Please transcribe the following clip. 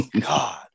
god